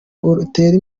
utere